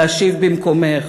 להשיב במקומך.